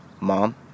Mom